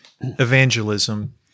evangelism